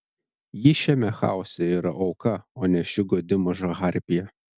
ji šiame chaose yra auka o ne ši godi maža harpija